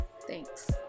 Thanks